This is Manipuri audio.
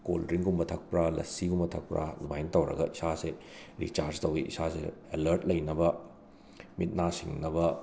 ꯀꯣꯜꯗ꯭ꯔꯤꯡꯛꯒꯨꯝꯕ ꯊꯛꯄ꯭ꯔꯥ ꯂꯁꯁꯤꯒꯨꯝꯕ ꯊꯛꯄ꯭ꯔꯥ ꯑꯗꯨꯃꯥꯏ ꯇꯧꯔꯒ ꯏꯁꯥꯁꯦ ꯔꯤꯆꯥꯔꯖ ꯇꯧꯋꯤ ꯏꯁꯥꯁꯦ ꯑꯦꯂꯔꯠ ꯂꯩꯅꯕ ꯃꯤꯠ ꯅꯥ ꯁꯤꯡꯅꯕ